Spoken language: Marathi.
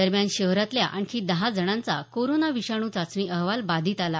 दरम्यान शहरातल्या आणखी दहा जणांचा कोरोना विषाणू चाचणी अहवाल बाधित आला